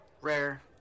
rare